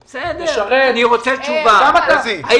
משרת, וגם אתה.